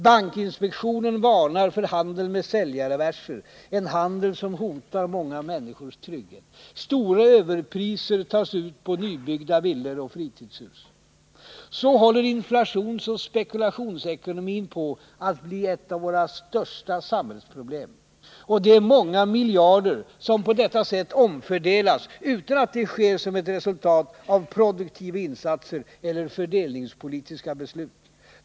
Bankinspektionen varnar för handeln med säljarreverser, en handel som hotar många människors trygghet. Stora överpriser tas ut på nybyggda villor och fritidshus. Så håller inflationsoch spekulationsekonomin på att bli ett av våra största samhällsproblem. Och det är många miljarder, som på detta sätt omfördelas utan att det sker som ett resultat av produktiva insatser eller fördelningspolitiska beslut.